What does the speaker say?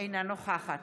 אינה נוכחת